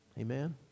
Amen